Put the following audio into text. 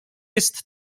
jest